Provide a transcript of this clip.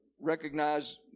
recognize